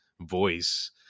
voice